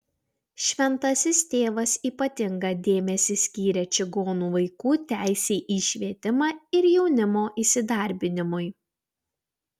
šventasis tėvas ypatingą dėmesį skyrė čigonų vaikų teisei į švietimą ir jaunimo įsidarbinimui